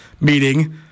meeting